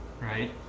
right